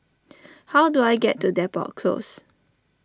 how do I get to Depot Close